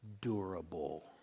durable